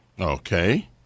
Okay